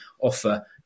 offer